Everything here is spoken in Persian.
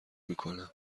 میکنم